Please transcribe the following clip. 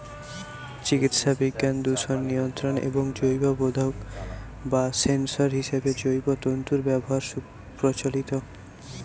চিকিৎসাবিজ্ঞান, দূষণ নিয়ন্ত্রণ এবং জৈববোধক বা সেন্সর হিসেবে জৈব তন্তুর ব্যবহার সুপ্রচলিত